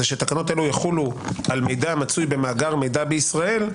זה שתקנות אלו יחולו על מידע המצוי במאגר המידע בישראל,